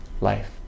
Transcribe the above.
life